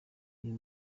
uyu